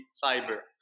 fiber